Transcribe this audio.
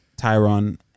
Tyron